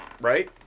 Right